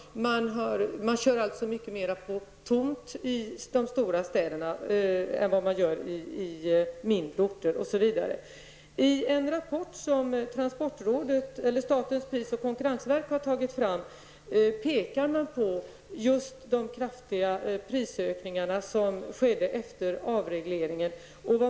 Man kör alltså bilarna med mindre beläggning i de stora städerna än vad man gör på mindre orter osv. I en rapport som statens pris och konkurrensverk har tagit fram pekar man på de kraftiga prisökningar som skedde efter avregleringen.